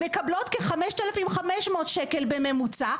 מקבלות כ-5,500 שקלים בממוצע,